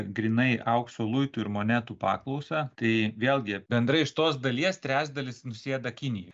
grynai aukso luitų ir monetų paklausą tai vėlgi bendrai iš tos dalies trečdalis nusėda kinijoj